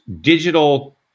digital